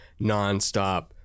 nonstop